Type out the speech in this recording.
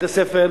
בתי-ספר,